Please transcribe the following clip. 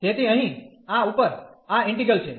તેથી અહીં આ ઉપર આ ઈન્ટિગ્રલ છે